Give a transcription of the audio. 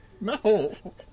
No